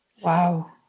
Wow